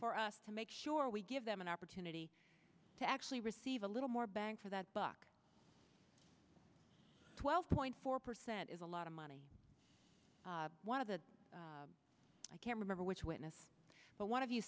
for us to make sure we give them an opportunity to actually receive a little more bang for that buck twelve point four that is a lot of money one of the i can't remember which witness but one of you